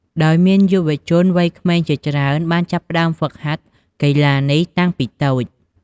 ដោយមានយុវជនវ័យក្មេងជាច្រើនបានចាប់ផ្ដើមហ្វឹកហាត់កីឡានេះតាំងពីតូច។